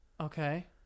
Okay